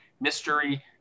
Mystery